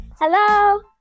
Hello